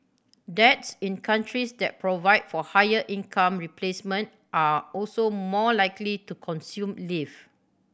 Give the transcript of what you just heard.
dads in countries that provide for higher income replacement are also more likely to consume leave